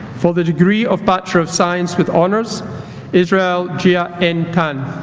for the degree of bachelor of science with honors israel jia en tan